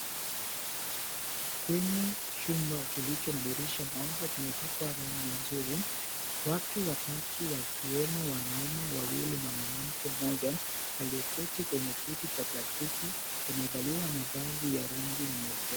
Kwenye chumba kilicho na dirisha moja kimepakwa rangi nzuri, watu watatu wakiwemo wanaume wawili na mwanamke mmoja, aliyeketi kwenye kiti cha plastiki, wamevalia mavazi ya rangi nyeupe.